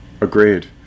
Agreed